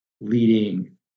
leading